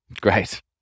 Great